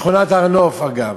בשכונת הר-נוף, אגב.